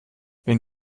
wenn